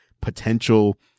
potential